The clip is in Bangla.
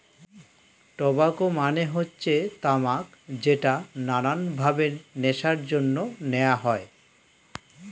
টোবাকো মানে হচ্ছে তামাক যেটা নানান ভাবে নেশার জন্য নেওয়া হয়